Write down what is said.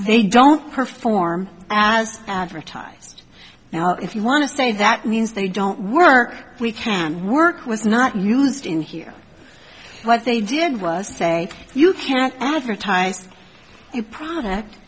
they don't perform as advertised now if you want to say that means they don't work we can work was not used in here what they did was say you can't advertise a product